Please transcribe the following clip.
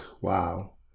wow